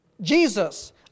Jesus